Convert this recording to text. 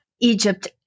Egypt